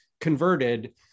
converted